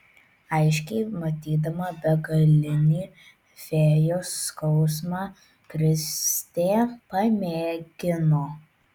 aiškiai matydama begalinį fėjos skausmą kristė pamėgino